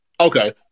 Okay